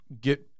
get